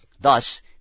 Thus